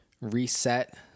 reset